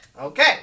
okay